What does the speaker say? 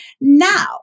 Now